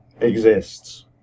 exists